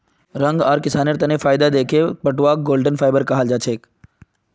रंग आर किसानेर तने फायदा दखे पटवाक गोल्डन फाइवर कहाल जाछेक